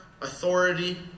authority